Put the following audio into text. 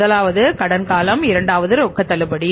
முதலாவது கடன் காலம் இரண்டாவது ரொக்க தள்ளுபடி